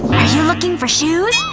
are you looking for shoes?